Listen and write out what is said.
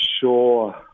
sure